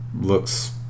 looks